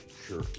Sure